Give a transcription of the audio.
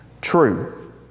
true